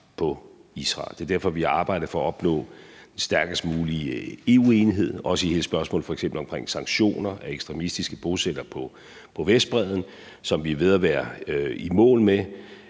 på Israel. Det er derfor, vi har arbejdet for at opnå den stærkest mulige EU-enighed, også i hele spørgsmålet om f.eks. sanktioner mod ekstremistiske bosættere på Vestbredden, som vi er ved at være i mål med,